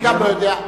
גם אני לא יודע,